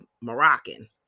moroccan